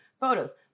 photos